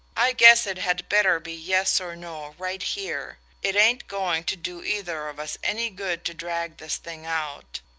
i guess it had better be yes or no right here. it ain't going to do either of us any good to drag this thing out.